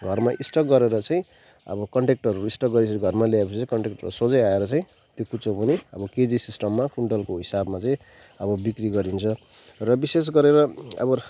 घरमा स्टक गरेर चाहिँ अब कन्ट्र्याक्टरहरू स्टक गरेर घरमा ल्याएपछि कन्ट्र्याक्टर सोझै आएर चाहिँ त्यो कुचो पनि अब केजी सिस्टममा कुइन्टलको हिसाबमा चाहिँ अब बिक्री गरिन्छ र विशेष गरेर अब